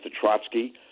Trotsky